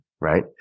Right